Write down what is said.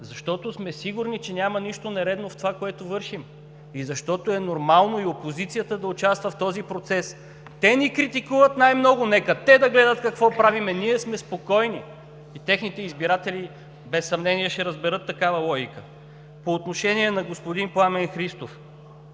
защото сме сигурни, че няма нищо нередно в това, което вършим, и защото е нормално и опозицията да участва в този процес, те ни критикуват най-много, нека те да гледат какво правим, ние сме спокойни! И техните избиратели без съмнение ще разберат такава логика. По отношение на господин Пламен Христов